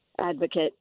advocate